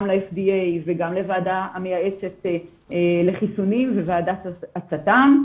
ל-FDA וגם לוועדה המייעצת לחיסונים וועדת הצת"ם.